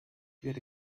werde